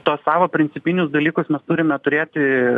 tuos savo principinius dalykus turime turėti